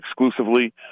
exclusively